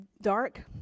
dark